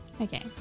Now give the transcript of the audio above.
Okay